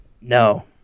No